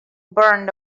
burned